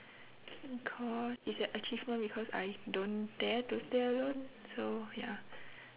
because it's an achievement because I don't dare to stay alone so ya